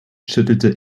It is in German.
schüttelte